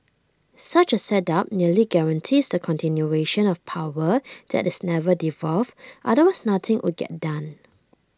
such A setup nearly guarantees the continuation of power that is never devolved otherwise nothing would get done